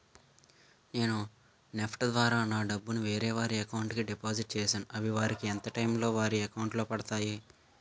నేను నెఫ్ట్ ద్వారా నా డబ్బు ను వేరే వారి అకౌంట్ కు డిపాజిట్ చేశాను అవి వారికి ఎంత టైం లొ వారి అకౌంట్ లొ పడతాయి?